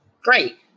great